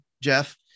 Jeff